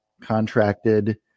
contracted